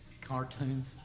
cartoons